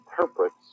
interprets